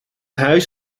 huis